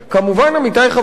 עמיתי חברי הכנסת,